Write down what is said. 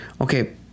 Okay